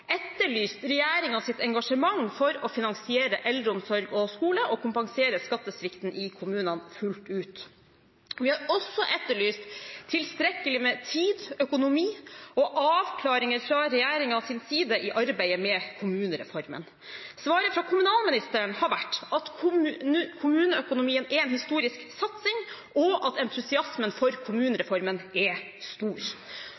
etterlyst regjeringens engasjement for å finansiere eldreomsorg og skole, og å kompensere skattesvikten i kommunene fullt ut. Vi har også etterlyst tilstrekkelig med tid, økonomi og avklaringer fra regjeringens side i arbeidet med kommunereformen. Svaret fra kommunalministeren har vært at kommuneøkonomien er en historisk satsing, og at entusiasmen for